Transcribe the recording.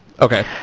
Okay